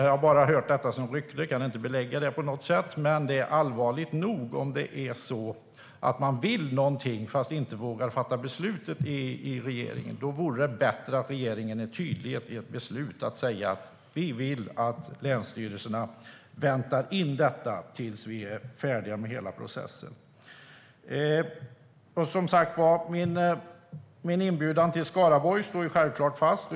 Jag har bara hört rykten och kan inte belägga det på något sätt, men det är allvarligt nog om det är så att man vill någonting men inte vågar fatta beslutet i regeringen. Då är det bättre att regeringen är tydlig med ett beslut och säger att vi vill att länsstyrelserna väntar in detta tills vi är färdiga med hela processen. Min inbjudan till Skaraborg står självklart fast.